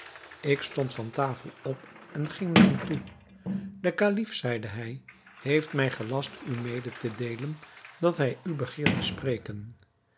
ik stond van tafel op en ging naar hem toe de kalif zeide hij heeft mij gelast u mede te deelen dat hij u begeert te spreken